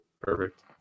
perfect